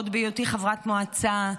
עוד בהיותי חברת מועצה,